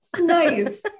Nice